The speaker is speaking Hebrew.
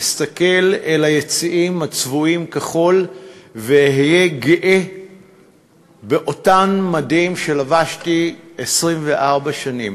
אסתכל אל היציעים הצבועים כחול ואהיה גאה במדים שלבשתי 24 שנים.